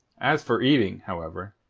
as for eating, however,